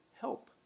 help